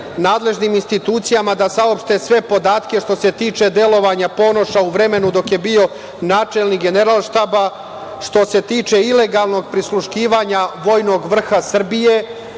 nadležnim institucijama da saopšte sve podatke, što se tiče delovanja Ponoša u vremenu dok je bio načelnik Generalštaba, što se tiče ilegalnom prisluškivanja vojnog vrha Srbije,